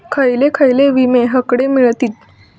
खयले खयले विमे हकडे मिळतीत?